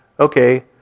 Okay